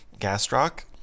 gastroc